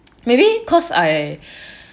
maybe cause I